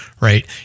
right